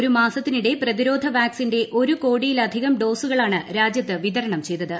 ഒരു മാസത്തിനിടെ പ്രതിരോധ വാക്സിന്റെ ഒരു കോടിയിലധികം ഡോസുകളാണ് രാജ്യത്ത് വിതരണം ചെയ്തത്